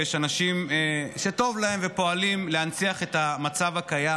ויש אנשים שטוב להם ופועלים להנציח את המצב הקיים.